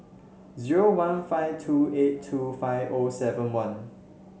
zero one five two eight two five O seven one